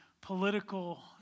political